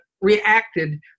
reacted